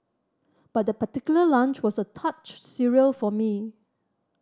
but that particular lunch was a touch surreal for me